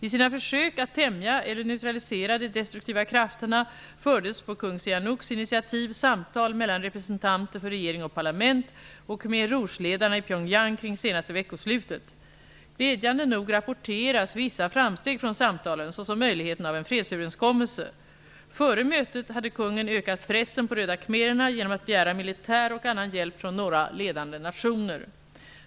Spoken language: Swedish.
I sina försök att tämja eller neutralisera de destruktiva krafterna fördes på kung Sihanouks initiativ samtal mellan representanter för regering och parlament och Khmer Rouge-ledarna i Pyongyang kring senaste veckoslutet. Glädjande nog rapporteras vissa framsteg från samtalen, såsom möjligheten av en fredsöverenskommelse. Före mötet hade kungen ökat pressen på Röda khmererna genom att begära militär och annan hjälp från några ledande nationer.